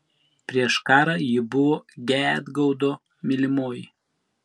prieš karą ji buvo gedgaudo mylimoji